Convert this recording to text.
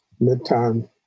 midtime